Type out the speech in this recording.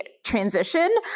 transition